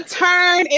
turn